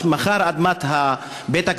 שמכר את אדמת בית-הקברות,